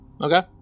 Okay